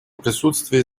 присутствие